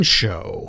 show